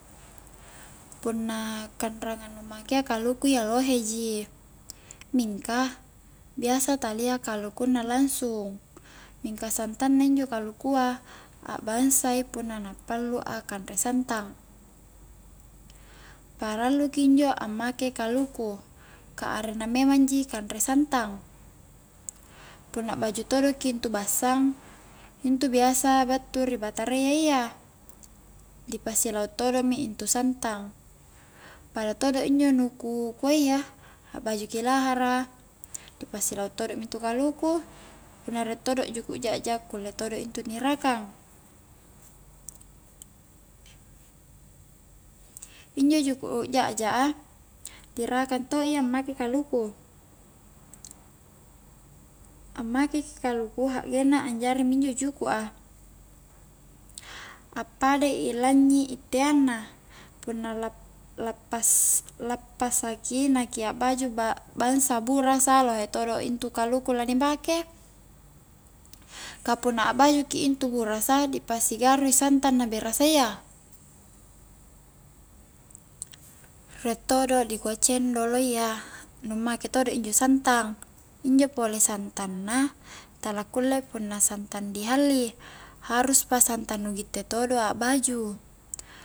Punna kanreangan nu makea kaluku iya lohe ji mingka biasa talia kalukunna langsung mingka santang na injo kalukua a'bangsa punna na pallu a kanre santang parallu ki injo ammake kaluku ka arenna memang ji kanre santang punna baju todo' ki intu bassang intubiasa battu ri batarayya iya dipasilau' todo' mi intu santang pada todo injo nu ku kuayya a'bajuki lahara ripasi lau' todo intu kaluku punna rie todo juku' ja'ja kulle todo' intu ni rakang injo juku' ja'ja a dirakang to'i ammake kaluku, ammake ki kaluku hakgenna anjari minjo juku'a appada i lannyi itteang na, punna lappas-lappasaki na ki akbaju bangsa burasa lohe todo' intu kalukunna la ni pake ka punna akbaju ki intu burasa di pasi garui santang na berasayya riek todo diku cendolo iya, nu make todo' injo santang injo pole santang na tala kulle punna santang di halli, haruspa santang nu gitte todo akbaju